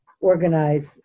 organize